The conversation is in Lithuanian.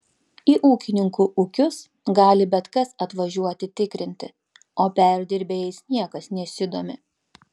į ūkininkų ūkius gali bet kas atvažiuoti tikrinti o perdirbėjais niekas nesidomi